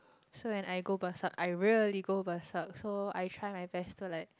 so when I go berserk I really go berserk so I try my best to like